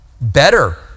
better